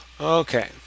okay